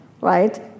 right